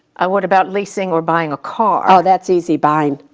what about leasing or buying a car? oh that's easy, buying.